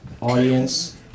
Audience